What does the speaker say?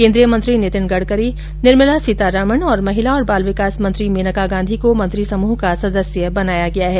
केन्द्रीय मंत्री नितिन गड़करी निर्मला सीतारामन और महिला और बाल विकास मंत्री मेनका गांधी को मंत्रिसमूह का सदस्य बनाया गया है